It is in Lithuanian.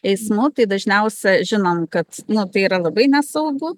eismu tai dažniausia žinom kad nu tai yra labai nesaugu